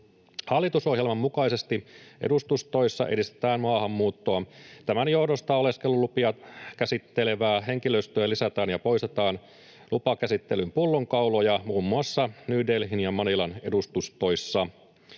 Hallitusohjelman mukaisesti edustustoissa edistetään maahanmuuttoa. Tämän johdosta oleskelulupia käsittelevää henkilöstöä lisätään ja poistetaan lupakäsittelyn pullonkauloja muun muassa New Delhin ja Manilan edustustoissa.